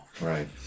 Right